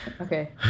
Okay